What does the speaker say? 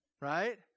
right